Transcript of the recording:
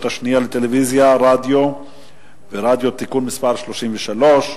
השנייה לטלוויזיה ורדיו (תיקון מס' 33)